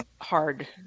hard